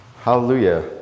hallelujah